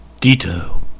Dito